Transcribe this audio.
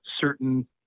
certain